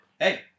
Hey